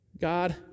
God